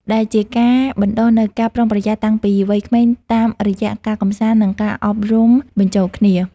ដែលជាការបណ្ដុះនូវការប្រុងប្រយ័ត្នតាំងពីវ័យក្មេងតាមរយៈការកម្សាន្ត និងការអប់រំបញ្ចូលគ្នា។